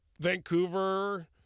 Vancouver